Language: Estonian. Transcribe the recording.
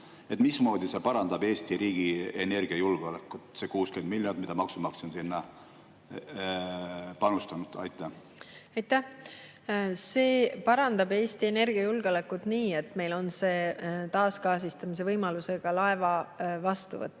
Mismoodi see parandab Eesti riigi energiajulgeolekut – see 60 miljonit, mida maksumaksja on sinna panustanud? Aitäh! See parandab Eesti energiajulgeolekut nii, et meil on taasgaasistamise võimalusega laeva vastuvõtmise